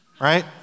right